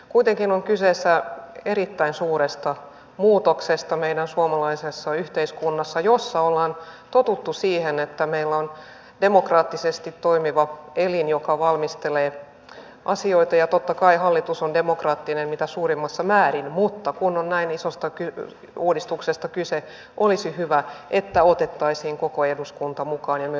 kuitenkin on kyse erittäin suuresta muutoksesta meidän suomalaisessa yhteiskunnassa jossa ollaan totuttu siihen että meillä on demokraattisesti toimiva elin joka valmistelee asioita ja totta kai hallitus on demokraattinen mitä suurimmassa määrin mutta kun on näin isosta uudistuksesta kyse olisi hyvä että otettaisiin koko eduskunta mukaan ja myös oppositiopuolueet